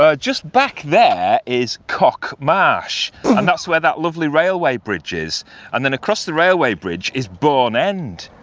ah just back there is cock marsh and that's where that lovely railway bridge is and then across the railway bridge is bourne end.